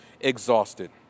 exhausted